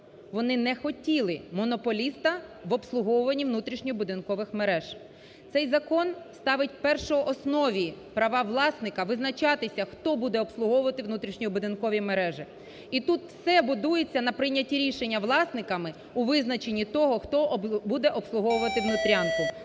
Вони не хотіли монополіста в обслуговуванні внутрішньобудинкових мереж. Цей закон ставить в першооснові права власника визначатися, хто буде обслуговувати внутрішньобудинкові мережі. І тут все будується на прийнятті рішення власниками у визначені того, хто буде обслуговувати "внутрянку".